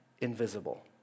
invisible